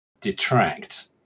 detract